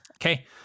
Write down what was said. Okay